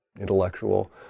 intellectual